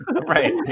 Right